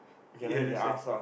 ya that's why